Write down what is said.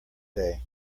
day